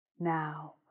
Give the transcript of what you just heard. Now